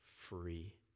free